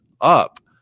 up